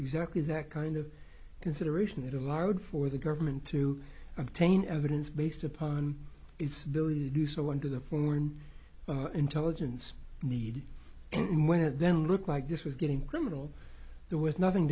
exactly that kind of consideration that allowed for the government to obtain evidence based upon its ability to do so under the foreign intelligence need and when it then looked like this was getting criminal there was nothing